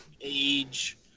age